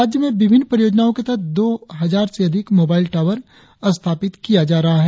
राज्य में विभिन्न परियोजनाओं के तहत दो हजार से अधिक मोबाइल टावर स्थापित किया जा रहा है